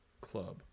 Club